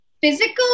physical